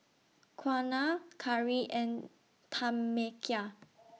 Quiana Kari and Tamekia